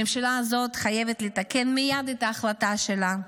הממשלה הזאת חייבת לתקן מייד את ההחלטה שלה.